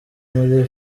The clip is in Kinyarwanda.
muri